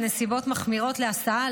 נסיבות מחמירות להסעה,